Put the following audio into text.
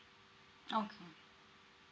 okay